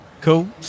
Cool